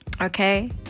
okay